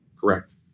Correct